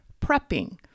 prepping